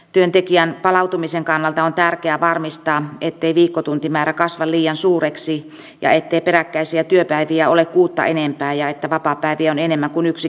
työntekijän palautumisen kannalta on tärkeää varmistaa ettei viikkotuntimäärä kasva liian suureksi ja ettei peräkkäisiä työpäiviä ole kuutta enempää ja että vapaapäiviä on enemmän kuin yksi kerrallaan